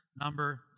number